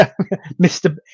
Mr